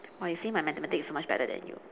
!wah! you see my mathematics is so much better than you